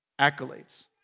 accolades